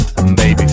Baby